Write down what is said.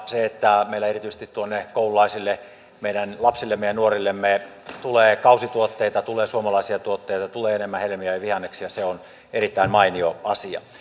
se että meillä erityisesti koululaisille meidän lapsillemme ja nuorillemme tulee kausituotteita tulee suomalaisia tuotteita tulee enemmän hedelmiä ja vihanneksia on erittäin mainio asia